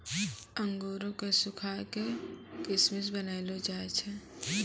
अंगूरो क सुखाय क किशमिश बनैलो जाय छै